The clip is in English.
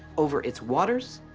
over its waters,